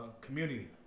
community